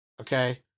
Okay